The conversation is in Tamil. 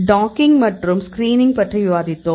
டாக்கிங் மற்றும் ஸ்கிரீனிங் பற்றி விவாதித்தோம்